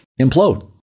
implode